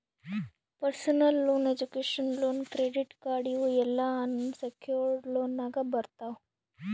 personal loan, education loan, credit card ಇವ್ ಎಲ್ಲಾ unsecured ಲೋನ್ನಾಗ್ ಬರ್ತಾವ್